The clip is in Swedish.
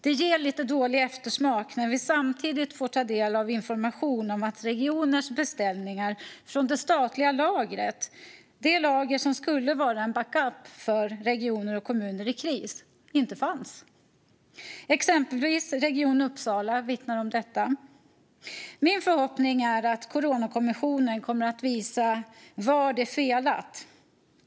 Det ger lite dålig eftersmak när vi samtidigt får ta del av information om att det statliga lager som regioner gjorde sina beställningar från och som skulle vara en backup för regioner och kommuner i kris inte fanns. Exempelvis Region Uppsala vittnar om detta. Min förhoppning är att Coronakommissionen kommer att visa var det felat.